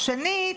שנית,